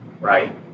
right